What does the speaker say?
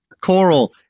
Coral